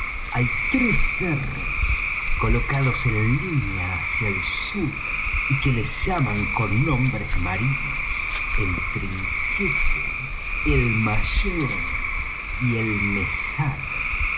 hay tres cerros colocados en línea hacia el sur y que les llaman con nombres marinos el trinquete el mayor y el mesana